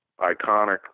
iconic